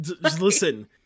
Listen